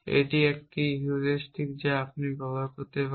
এটি একটি হিউরিস্টিক যা আপনি ব্যবহার করতে পারেন